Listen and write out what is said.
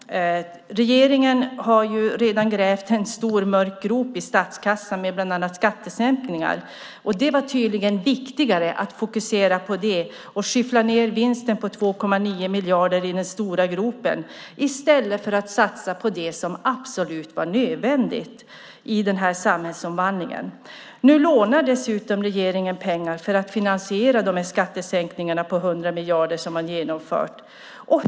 Regeringen har redan grävt en stor mörk grop i statskassan med bland annat skattesänkningar. Det var tydligen viktigare att fokusera på det och skyffla ned vinsten på 2,9 miljarder i den stora gropen i stället för att satsa på det som var absolut nödvändigt i samhällsomvandlingen. Nu lånar regeringen dessutom pengar för att finansiera de skattesänkningar på 100 miljarder som man genomfört.